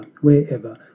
wherever